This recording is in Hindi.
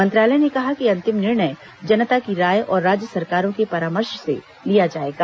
मंत्रालय ने कहा कि अंतिम निर्णय जनता की राय और राज्य सरकारों के परामर्श से लिया जाएगा